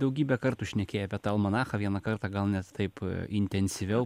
daugybę kartų šnekėję apie tą almanachą vieną kartą gal net taip intensyviau